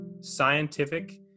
scientific